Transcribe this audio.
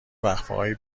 وقفههای